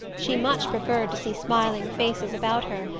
she much preferred to see smiling faces about her,